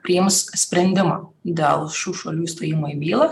priims sprendimą dėl šių šalių įstojimo į bylą